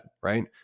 right